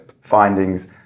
findings